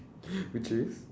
which is